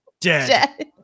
Dead